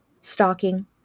stalking